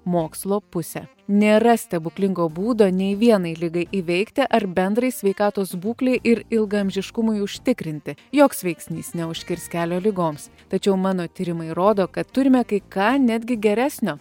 mokslo pusę nėra stebuklingo būdo nei vienai ligai įveikti ar bendrai sveikatos būklei ir ilgaamžiškumui užtikrinti joks veiksnys neužkirs kelio ligoms tačiau mano tyrimai rodo kad turime kai ką netgi geresnio